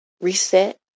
reset